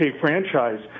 franchise